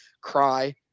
cry